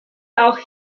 auch